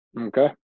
Okay